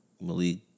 Malik